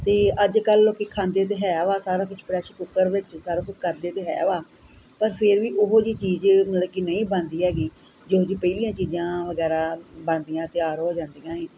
ਅਤੇ ਅੱਜ ਕੱਲ੍ਹ ਲੋਕ ਖਾਂਦੇ ਤਾਂ ਹੈ ਵਾ ਸਾਰਾ ਕੁਛ ਪ੍ਰੈਸ਼ਰ ਕੁਕਰ ਵਿੱਚ ਸਾਰਾ ਕੁਝ ਕਰਦੇ ਤਾਂ ਹੈ ਵਾ ਪਰ ਫਿਰ ਵੀ ਉਹੋ ਜਿਹੀ ਚੀਜ਼ ਮਤਲਬ ਕਿ ਨਹੀਂ ਬਣਦੀ ਹੈਗੀ ਜਿਹੋ ਜਿਹੀ ਪਹਿਲੀਆਂ ਚੀਜ਼ਾਂ ਵਗੈਰਾ ਬਣਦੀਆਂ ਤਿਆਰ ਹੋ ਜਾਂਦੀਆਂ ਹੀ